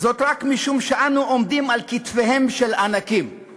"זאת רק משום שאנו עומדים על כתפיהם של ענקים";